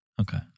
Okay